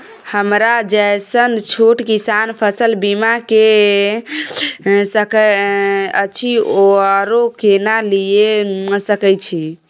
हमरा जैसन छोट किसान फसल बीमा ले सके अछि आरो केना लिए सके छी?